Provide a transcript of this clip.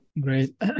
Great